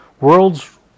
world's